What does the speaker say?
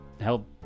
help